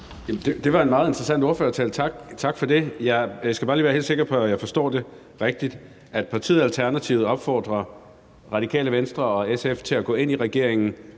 Det var en meget interessant ordførertale, tak for det. Jeg skal bare lige være helt sikker på, at jeg forstår det rigtigt, altså at partiet Alternativet opfordrer Radikale Venstre og SF til at gå ind i regeringen